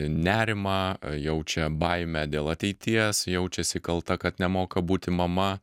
nerimą jaučia baimę dėl ateities jaučiasi kalta kad nemoka būti mama